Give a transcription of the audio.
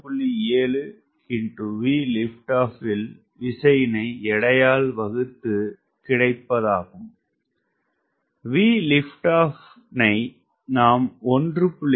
7 VLO ல் விசையினை எடையால் வகுத்துக்கிடைப்பதுவாகும் VLO -தனை நாம் 1